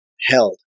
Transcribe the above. held